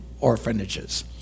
orphanages